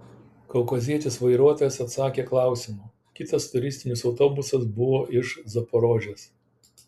kaukazietis vairuotojas atsakė klausimu kitas turistinis autobusas buvo iš zaporožės